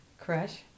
crush